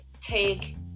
take